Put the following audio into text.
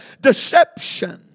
deception